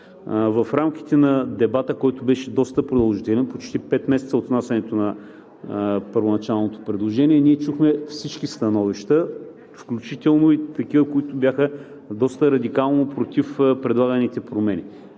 В рамките на дебата, който беше доста продължителен, почти пет месеца от внасянето на първоначалното предложение, ние чухме всички становища, включително и такива, които бяха доста радикално против предлаганите промени.